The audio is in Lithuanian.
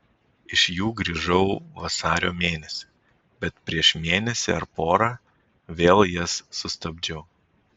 iš jų grįžau vasario mėnesį bet prieš mėnesį ar porą vėl jas sustabdžiau